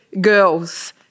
girls